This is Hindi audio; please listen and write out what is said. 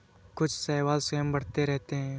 कुछ शैवाल स्वयं बढ़ते रहते हैं